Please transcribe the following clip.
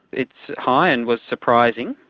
it's high and was surprising.